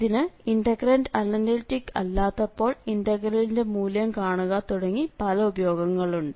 ഇതിന് integrand analytic അല്ലാത്തപ്പോൾ ഇന്റഗ്രലിന്റെമൂല്യം കാണുക തുടങ്ങി പല ഉപയോഗങ്ങളുണ്ട്